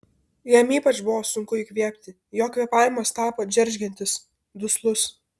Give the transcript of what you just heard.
jam ypač buvo sunku įkvėpti jo kvėpavimas tapo džeržgiantis duslus